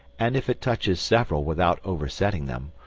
and if it touches several without oversetting them,